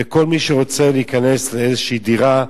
וכל מי שרוצה להיכנס לאיזו דירה,